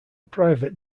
private